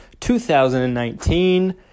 2019